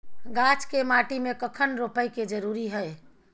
गाछ के माटी में कखन रोपय के जरुरी हय?